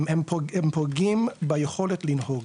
הם פוגעים ביכולת לנהוג,